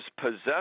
possessed